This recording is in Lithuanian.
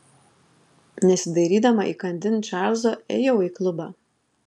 nesidairydama įkandin čarlzo ėjau į klubą